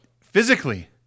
physically